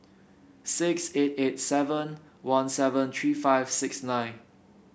six eight eight seven one seven three five six nine